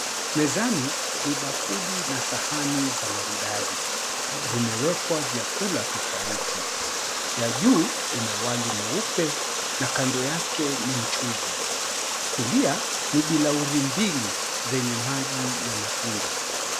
mezani ni bakuli na sahanii zilizo na maridadi zimewekwa vyakula tofauti ,ya juu ina wali mweupe na kando yake ni mchuuzi ,kulia ni bilauri mbili, zenye maji ya matunda